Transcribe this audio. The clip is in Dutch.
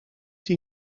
die